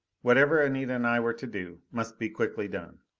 whatever anita and i were to do must be quickly done.